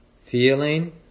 Feeling